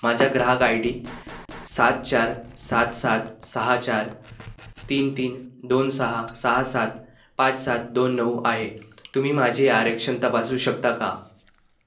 माझा ग्राहक I D सात चार सात सात सहा चार तीन तीन दोन सहा सहा सात पाच सात दोन नऊ आहे तुम्ही माझे आरक्षण तपासू शकता का